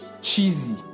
cheesy